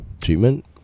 Treatment